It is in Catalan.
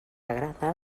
agrada